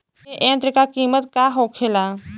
ए यंत्र का कीमत का होखेला?